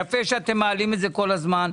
יפה שאתם מעלים את זה כל הזמן,